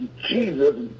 jesus